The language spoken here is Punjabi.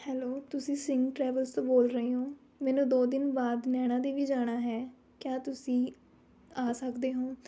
ਹੈਲੋ ਤੁਸੀਂ ਸਿੰਘ ਟ੍ਰੈਵਲਸ ਤੋਂ ਬੋਲ ਰਹੇ ਹੋ ਮੈਨੂੰ ਦੋ ਦਿਨ ਬਾਅਦ ਨੈਣਾ ਦੇਵੀ ਜਾਣਾ ਹੈ ਕਿਆ ਤੁਸੀਂ ਆ ਸਕਦੇ ਹੋ